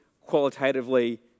qualitatively